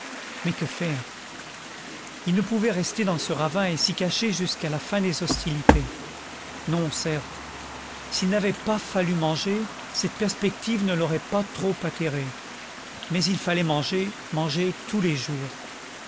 mais que faire il ne pouvait rester dans ce ravin et s'y cacher jusqu'à la fin des hostilités non certes s'il n'avait pas fallu manger cette perspective ne l'aurait pas trop atterré mais il fallait manger manger tous les jours